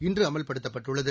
இன்று அமல்படுத்தப்பட்டுள்ளது